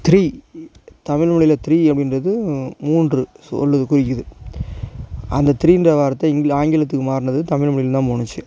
three தமிழ்மொழியில் three அப்படின்றது மூன்று சொல்லுது குறிக்கிது அந்த த்ரீன்ற வார்த்தை இங் ஆங்கிலத்துக்கு மாறினது தமிழ்மொழியில் தான் போணுச்சு